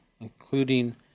including